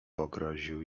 pogroził